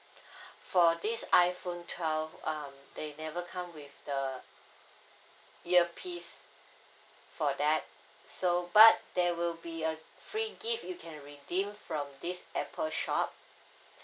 for this iPhone twelve um they never come with the earpiece for that so but there will be a free gift you can redeem from this Apple shop